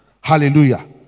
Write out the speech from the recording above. hallelujah